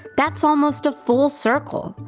that's almost a full circle!